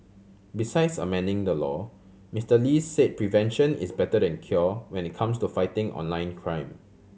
besides amending the law Mister Lee said prevention is better than cure when it comes to fighting online crime